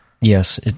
Yes